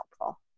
helpful